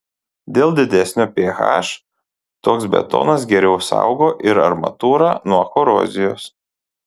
dėl didesnio ph toks betonas geriau saugo ir armatūrą nuo korozijos